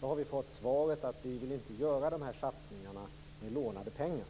har vi fått höra att man inte vill göra de här satsningarna med lånade pengar.